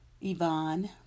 Yvonne